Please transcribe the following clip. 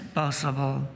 possible